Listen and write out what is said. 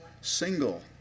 single